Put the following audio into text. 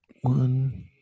one